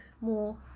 more